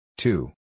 Two